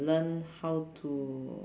learn how to